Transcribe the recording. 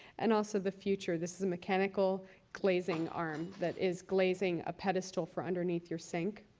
and also the future. this is a mechanical glazing arm that is glazing a pedestal for underneath your sink.